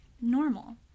normal